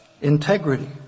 integrity